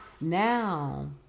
now